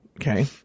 Okay